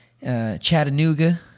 Chattanooga